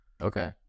Okay